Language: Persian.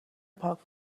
پارک